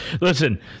Listen